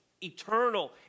eternal